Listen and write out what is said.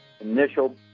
initial